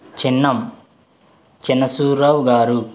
చిన్నం చిన్న సూర్రావ్ గారు